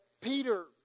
Peter